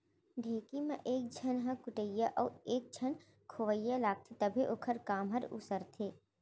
ढेंकी म एक झन ह कुटइया अउ एक झन खोवइया लागथे तभे ओखर काम हर उसरथे